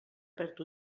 perd